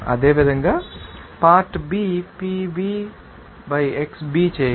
అదేవిధంగా part B PB XB చేయగలదు